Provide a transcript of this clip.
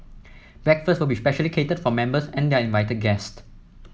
breakfast will be specially catered for members and their invited guest